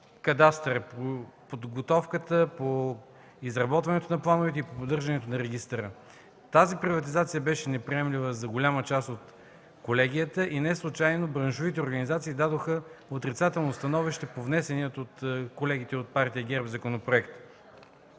кадастъра, по подготовката, по изработването на плановете и поддържането на регистъра. Тази приватизация беше неприемлива за голяма част от колегията и неслучайно браншовите организации дадоха отрицателно становище по внесения от колегите от Партия ГЕРБ законопроект.